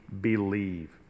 believe